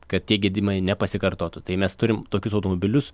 kad tie gedimai nepasikartotų tai mes turim tokius automobilius